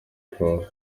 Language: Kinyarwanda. prof